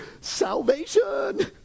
salvation